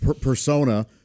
persona